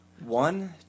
One